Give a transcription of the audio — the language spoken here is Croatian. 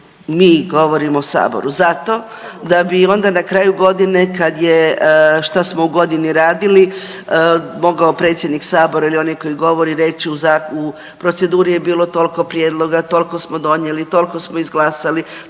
mi govorim o saboru, zato da bi onda na kraju godine kad je što smo u godini radili mogao predsjednik sabora ili onaj koji govori reći u proceduri je bilo toliko prijedloga, toliko smo donijeli, toliko smo izglasali,